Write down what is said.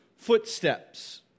footsteps